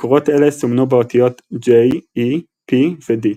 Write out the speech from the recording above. מקורות אלה סומנו באותיות J, E, P ו-D.